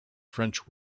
french